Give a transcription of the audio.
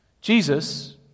Jesus